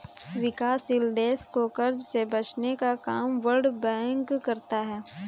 विकासशील देश को कर्ज से बचने का काम वर्ल्ड बैंक करता है